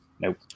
Nope